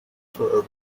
for